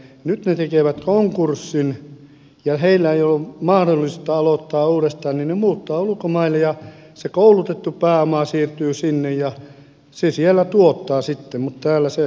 nyt ne tekevät konkurssin ja kun heillä ei ole mahdollisuutta aloittaa uudestaan niin he muuttavat ulkomaille ja se koulutettu pääoma siirtyy sinne ja se siellä tuottaa sitten mutta täällä se tapetaan